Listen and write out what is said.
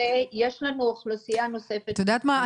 את יודעת מה,